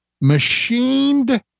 machined